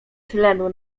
tlenu